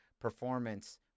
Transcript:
performance